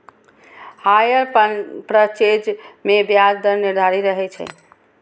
hire purchase मे ब्याज दर निर्धारित रहै छै